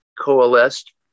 coalesced